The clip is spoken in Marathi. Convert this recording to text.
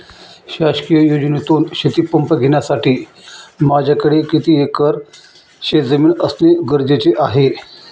शासकीय योजनेतून शेतीपंप घेण्यासाठी माझ्याकडे किती एकर शेतजमीन असणे गरजेचे आहे?